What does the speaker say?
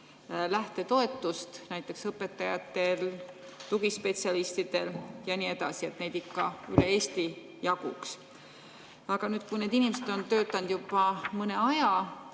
lähtetoetust, näiteks õpetajatel, tugispetsialistidel ja nii edasi, et neid ikka üle Eesti jaguks. Aga nüüd, kui need inimesed on töötanud juba mõne aja